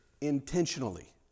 intentionally